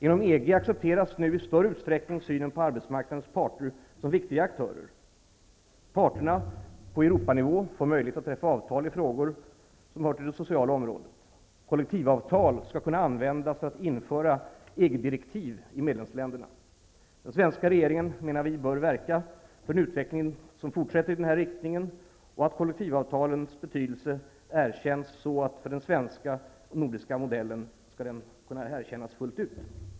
Inom EG accepteras nu i större utsträckning synen på arbetsmarknadens parter som viktiga aktörer. Parterna på Europanivå får möjlighet att träffa avtal i frågor som hör till det sociala området. Kollektivavtal skall kunna användas för att införa EG-direktiv i medlemsländerna. Den svenska regeringen bör, menar vi, verka för att utvecklingen fortsätter i den här riktningen och att kollektivavtalens betydelse erkänns så att den för den svenska och nordiska modellen skall kunna erkännas fullt ut.